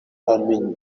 amenyera